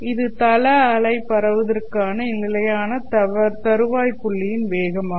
இது தள அலை பரவுவதற்கான நிலையான தறுவாய் புள்ளியின் வேகம் ஆகும்